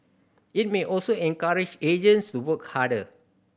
it may also encourage agents to work harder